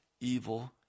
evil